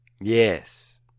Yes